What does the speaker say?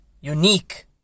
unique